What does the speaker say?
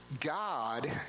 God